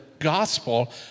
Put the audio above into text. gospel